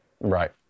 Right